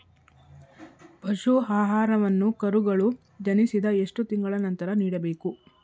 ಪಶು ಆಹಾರವನ್ನು ಕರುಗಳು ಜನಿಸಿದ ಎಷ್ಟು ತಿಂಗಳ ನಂತರ ನೀಡಬೇಕು?